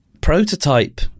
prototype